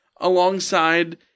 alongside